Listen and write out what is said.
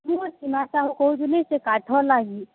ମୁଁ ସିନା ସାହୁକୁ କହୁଥିଲି ସେ କାଠର୍ ଲାଗି